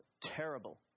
terrible